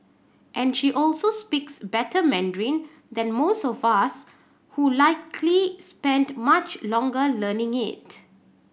and she also speaks better Mandarin than most of us who likely spent much longer learning it